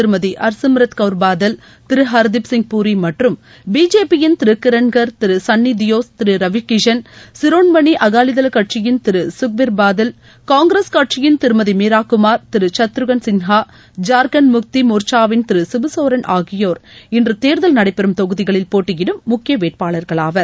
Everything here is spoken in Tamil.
திருமதி ஹர்சிம்ரத் கவுர் பாதல் திரு ஹர்திப் சிங் பூரி மற்றும் பிஜேபியின் திரு கிரண்கா் திரு சன்னி தியோல் திரு ரவி கிஷன் சிரோன்மணி அகாலிதள் கட்சியின் திரு சுக்பீர் பாதல் காங்கிரஸ் கட்சியின் திருமதி மீராகுமார் திரு சத்ருகன் சின்ஹா ஜார்க்கண்ட் முக்தி மோர்ச்சாவின் திரு சிபுசோரன் போட்டியிடும் முக்கிய வேட்பாளர்களாவர்